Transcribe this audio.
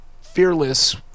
fearless